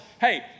Hey